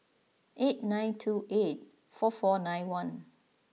eight nine two eight four four nine one